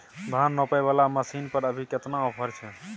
धान रोपय वाला मसीन पर अभी केतना ऑफर छै?